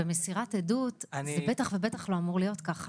במסירת עדות זה בטח ובטח לא אמור להיות ככה.